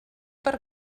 per